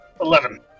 Eleven